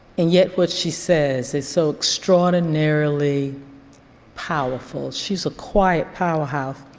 and yet what she says is so extraordinarily powerful. she's a quiet powerhouse.